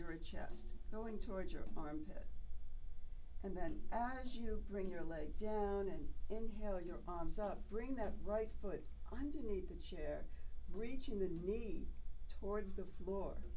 your chest going towards your armpit and then actually you bring your leg down and inherit your arms up bring that right foot underneath the chair reaching the need towards the floor